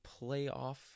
playoff